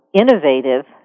innovative